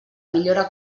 millora